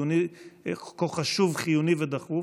חיוני ודחוף?